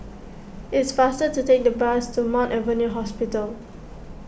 it's faster to take the bus to Mount Alvernia Hospital